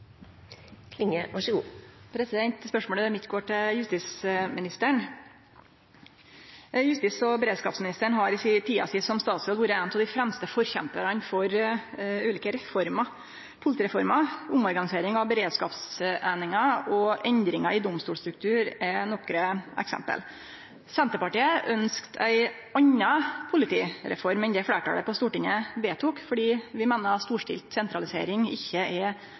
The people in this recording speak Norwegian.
beredskapsministeren har i si tid som statsråd vore ein av dei fremste forkjemparane for ulike reformer. Politireformer, omorganisering av beredskapseiningar og endringar i domstolsstruktur er nokre eksempel. Senterpartiet ønskte ei anna politireform enn det fleirtalet på Stortinget vedtok, fordi vi meiner at storstilt sentralisering ikkje er